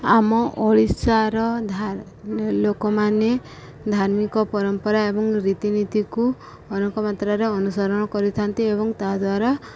ଆମ ଓଡ଼ିଶାର ଲୋକମାନେ ଧାର୍ମିକ ପରମ୍ପରା ଏବଂ ରୀତିନୀତିକୁ ଅନେକ ମାତ୍ରାରେ ଅନୁସରଣ କରିଥାନ୍ତି ଏବଂ ତାଦ୍ୱାରା